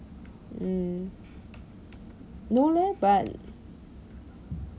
mm no leh but